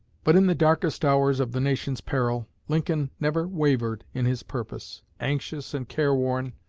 but in the darkest hours of the nation's peril, lincoln never wavered in his purpose. anxious and careworn,